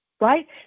Right